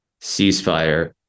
ceasefire